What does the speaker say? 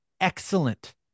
excellent